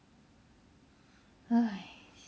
!hais!